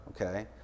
okay